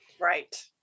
Right